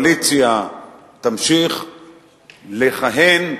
שהקואליציה תמשיך לכהן,